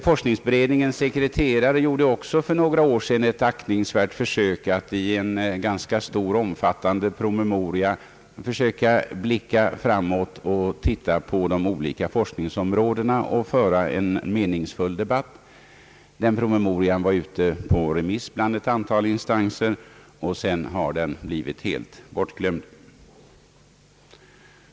Forskningsberedningens sekreterare gjorde också för några år sedan ett aktningsvärt försök att i en ganska lång och omfattande promemoria försöka blicka framåt i tiden på de olika forskningsområdena och föra en meningsfull debatt. Den promemorian var ute på remiss hos ett antal instanser, och sedan har den blivit helt bortglömd.